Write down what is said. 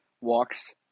walks